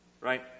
right